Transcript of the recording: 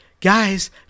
guys